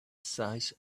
size